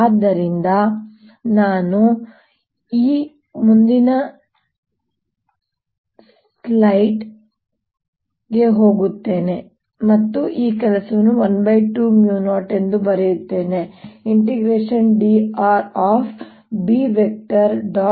ಆದ್ದರಿಂದ ನಾನು ಈಗ ಮುಂದಿನ ಸ್ಲೈಡ್ ಗೆ ಹೋಗುತ್ತೇನೆ ಮತ್ತು ಈ ಕೆಲಸವನ್ನು 120 ಎಂದು ಬರೆಯುತ್ತೇನೆ dr B